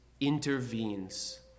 intervenes